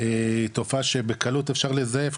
תופעה שבקלות אפשר לזייף,